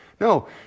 No